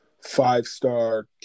five-star